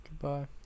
Goodbye